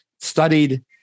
studied